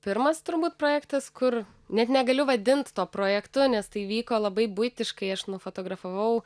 pirmas turbūt projektas kur net negaliu vadinti to projektu nes tai vyko labai buitiškai aš nufotografavau